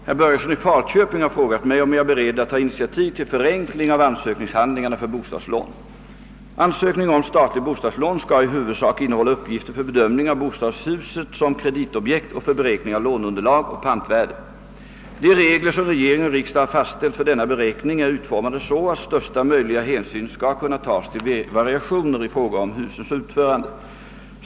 Herr talman! Herr Börjesson i Falköping har frågat mig, om jag är beredd att ta initiativ till förenkling av ansökningshandlingarna för bostadslån. Ansökning om statligt bostadslån skall i huvudsak innehålla uppgifter för bedömning av bostadshuset som kreditobjekt och för beräkning av låneun derlag och pantvärde. De regler som regering och riksdag har fastställt för denna beräkning är utformade så, att största möjliga hänsyn skall kunna tas till variationer i fråga om husens utförande.